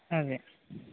అదే